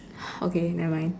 okay never mind